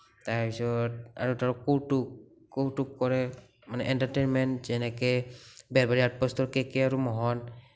তাৰপিছত আৰু কৌতুক কৌতুক কৰে মানে এণ্টাৰ্টেইনমেণ্ট যেনেকে বেহাৰবাৰী আউটপষ্টৰ কেকে আৰু মোহন